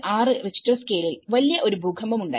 6 Richter സ്കെലിൽവലിയ ഒരു ഭൂകമ്പം ഉണ്ടായി